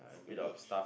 spillage